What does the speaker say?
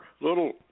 little